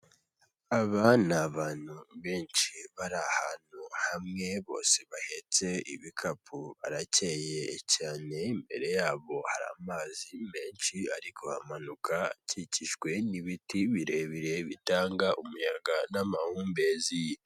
Aba ni abantu benshi bari ahantu hamwe, bose bahetse ibikapu, barakeye cyane, imbere yabo hari amazi menshi ari kuhamanuka, akikijwe n'ibiti birebire bitanga umuyaga n'amahumbezi.